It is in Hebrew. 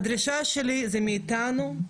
הדרישה שלי היא מאיתנו,